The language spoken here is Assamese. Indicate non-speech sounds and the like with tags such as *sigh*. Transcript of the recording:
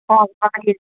*unintelligible*